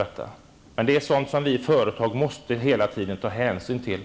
Det är sådant som vi företagare hela tiden måste ta hänsyn till.